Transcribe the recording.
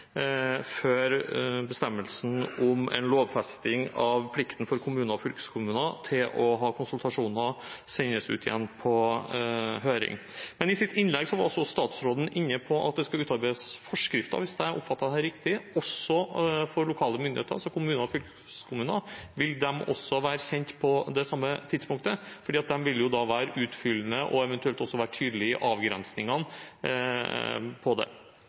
før bestemmelsen om en lovfesting av plikten for kommuner og fylkeskommuner til å ha konsultasjoner sendes ut igjen på høring. Men i sitt innlegg var statsråden også inne på at det skulle utarbeides forskrifter, hvis jeg oppfattet dette riktig, også for lokale myndigheter, altså kommuner og fylkeskommuner. Vil de også være kjent på det samme tidspunktet? For de vil jo da være utfyllende og eventuelt også være tydelige på avgrensningene av det.